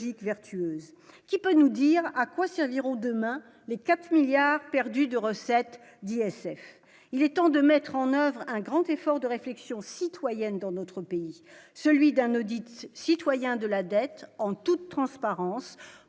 vertueuse qui peut nous dire à quoi serviront demain les 4 milliards perdus de recettes d'ISF, il est temps de mettre en oeuvre un grand effort de réflexion citoyenne dans notre pays, celui d'un audit citoyen de la dette en toute transparence